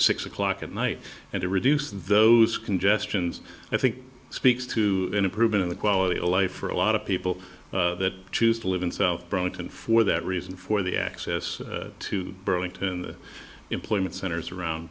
six o'clock at night and to reduce those congestions i think speaks to an improvement in the quality of life for a lot of people that choose to live in self bryant and for that reason for the access to burlington employment centers around